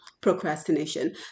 procrastination